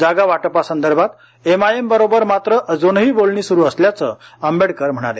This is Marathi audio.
जागा वाटपासंदर्भात एमआयएमबरोबर मात्र अजूनही बोलणी सुरू असल्याचं आंबेडकर म्हणाले